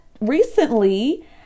recently